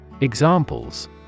Examples